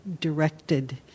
directed